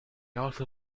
also